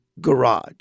garage